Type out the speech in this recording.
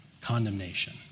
condemnation